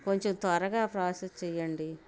కొంచెం త్వరగా ప్రోసెస్ చెయ్యండి